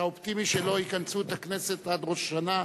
אתה אופטימי שלא יכנסו את הכנסת עד ראש השנה,